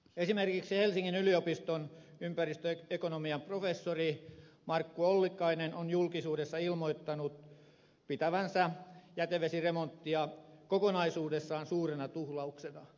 esimerkiksi helsingin yliopiston ympäristöekonomian professori markku ollikainen on julkisuudessa ilmoittanut pitävänsä jätevesiremonttia kokonaisuudessaan suurena tuhlauksena